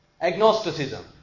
agnosticism